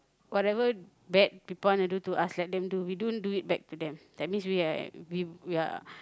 whatever bad people want to do to us let them do we don't do it back to them that means we are we we are